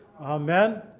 Amen